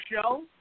show